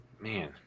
man